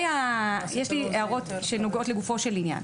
יש לי הערות שנוגעות לגופו של עניין.